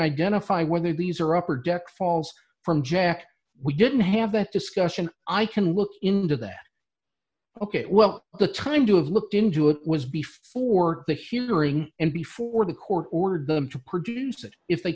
identify whether these are upper deck falls from jack we didn't have that discussion i can look into that ok well the time to have looked into it was before the humoring and before the court ordered them to produce it if they